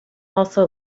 also